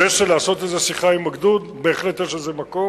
לעשות איזו שיחה עם הגדוד, בהחלט יש לזה מקום.